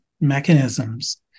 mechanisms